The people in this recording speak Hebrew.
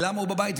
למה הוא בבית.